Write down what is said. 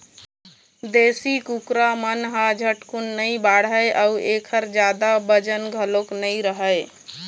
देशी कुकरा मन ह झटकुन नइ बाढ़य अउ एखर जादा बजन घलोक नइ रहय